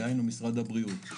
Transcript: דהיינו משרד הבריאות.